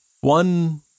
one